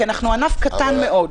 כי אנחנו ענף קטן מאוד.